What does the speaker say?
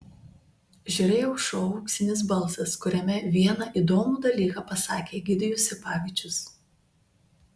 žiūrėjau šou auksinis balsas kuriame vieną įdomų dalyką pasakė egidijus sipavičius